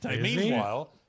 Meanwhile